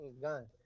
gun